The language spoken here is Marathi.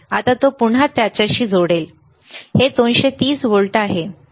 आता तो पुन्हा त्याचशी जोडेल हे 230 व्होल्ट आहे ठीक आहे